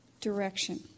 direction